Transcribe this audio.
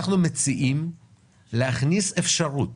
אנחנו מציעים להכניס אפשרות